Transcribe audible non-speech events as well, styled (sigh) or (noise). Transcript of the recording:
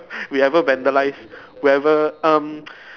we ever vandalise we ever um (noise)